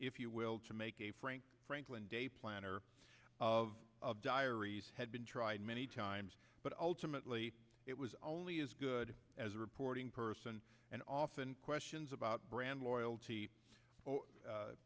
if you will to make a frank franklin day planner of of diaries had been tried many times but ultimately it was only as good as a reporting person and often questions about brand loyalty